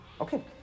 Okay